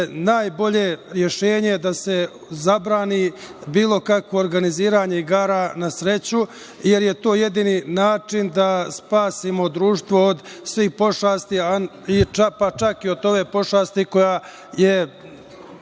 najbolje rešenje da se zabrani bilo kakvo organiziranje igara na sreću, jer je to jedini način da spasimo društvo od svih pošasti, pa čak i od ove pošasti koja je